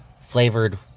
flavored